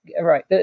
right